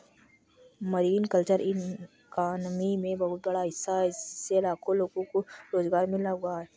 marine culture economy में बहुत बड़ा हिस्सा है इससे लाखों लोगों को रोज़गार मिल हुआ है